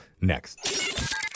next